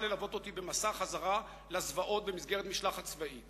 ללוות אותי במסע חזרה לזוועות במסגרת משלחת צבאית